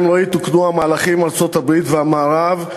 אם לא יתוקנו המהלכים עם ארצות-הברית והמערב,